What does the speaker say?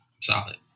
solid